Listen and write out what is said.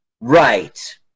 Right